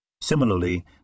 Similarly